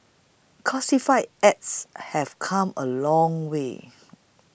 classified ads have come a long way